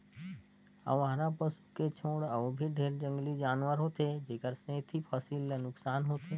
अवारा पसू के छोड़ अउ भी ढेरे जंगली जानवर होथे जेखर सेंथी फसिल ल नुकसान होथे